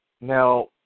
Now